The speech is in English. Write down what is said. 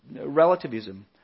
relativism